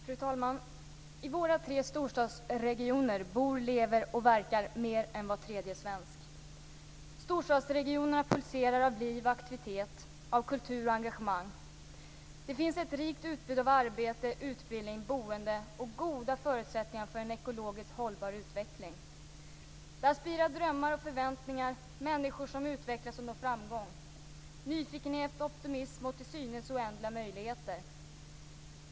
Fru talman! I våra tre storstadsregioner bor, lever och verkar mer än var tredje svensk. Storstadsregionerna pulserar av liv och aktivitet, av kultur och engagemang. Det finns ett rikt utbud av arbete, utbildning, boende och goda förutsättningar för en ekologiskt hållbar utveckling. Där spirar drömmar och förväntningar. Där finns människor som utvecklas och når framgång. Det finns nyfikenhet, optimism och till synes oändliga möjligheter.